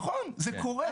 נכון, זה קורה.